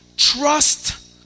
Trust